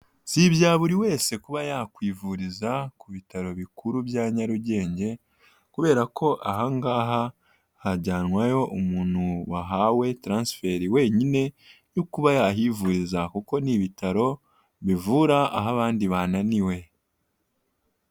Si ibya buri wese kuba yakwivuriza ku bitaro bikuru bya Nyarugenge, kubera ko aha ngaha hajyanwayo umuntu wahawe taransiferi wenyine yo kuba yahivuza kuko ni ibitaro bivura aho abandi bananiwe.